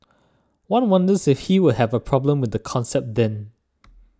one wonders if he would have a problem with the concept then